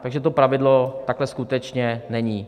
Takže to pravidlo takhle skutečně není.